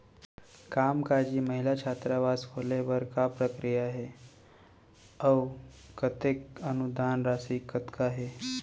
कामकाजी महिला छात्रावास खोले बर का प्रक्रिया ह अऊ कतेक अनुदान राशि कतका हे?